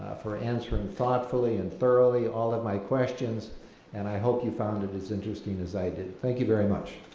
for answering thoughtfully and thoroughly all of my questions and i hope you found it as interesting as i did, thank you very much.